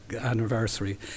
anniversary